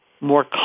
more